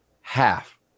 half